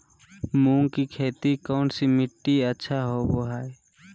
मूंग की खेती कौन सी मिट्टी अच्छा होबो हाय?